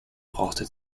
brauchte